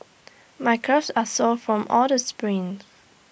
my calves are sore from all the sprints